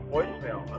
voicemail